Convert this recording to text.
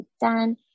done